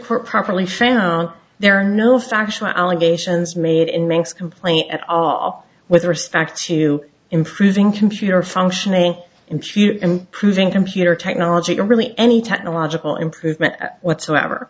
court properly found there are no factual allegations made in manx complaint at all with respect to improving computer functioning impute improving computer technology or really any technological improvement whatsoever